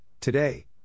Today